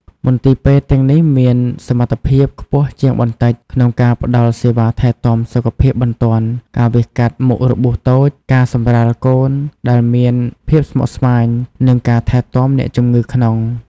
មន្ទីរពេទ្យទាំងនេះមានសមត្ថភាពខ្ពស់ជាងបន្តិច ក្នុងការផ្តល់សេវាថែទាំសុខភាពបន្ទាន់ ការវះកាត់មុខរបួសតូច ការសម្រាលកូនដែលមានភាពស្មុគស្មាញ និងការថែទាំអ្នកជំងឺក្នុង។